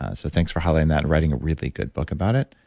ah so, thanks for highlighting that and writing a really good book about it.